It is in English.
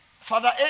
Father